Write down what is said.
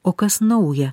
o kas nauja